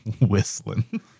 Whistling